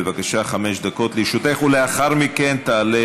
בבקשה, חמש דקות לרשותך, ולאחר מכן תעלה